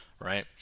right